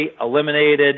eliminated